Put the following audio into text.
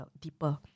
deeper